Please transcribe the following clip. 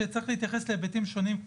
שצריך להתייחס להיבטים שונים,